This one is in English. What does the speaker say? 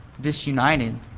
disunited